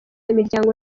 imiryango